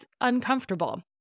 uncomfortable